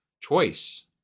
choice